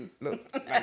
look